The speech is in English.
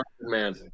man